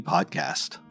Podcast